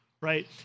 Right